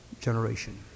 generation